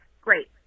Great